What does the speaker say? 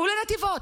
תיסעו לנתיבות.